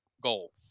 goal